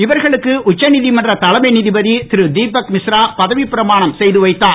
இவர்களுக்கு உச்சநீதிமன்ற தலைமை நீதிபதி திரு தீபக் மிஸ்ரா பதவி பிரமானம் செய்து வைத்தார்